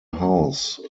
house